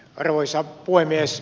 arvoisa puhemies